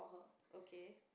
okay